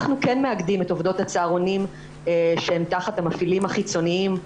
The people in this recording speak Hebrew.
אנחנו כן מאגדים את עובדות הצהרונים שהן תחת המפעילים החיצוניים,